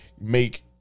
make